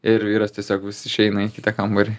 ir vyras tiesiog vis išeina į kitą kambarį